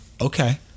okay